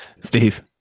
Steve